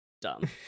dumb